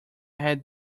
had